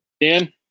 Dan